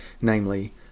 namely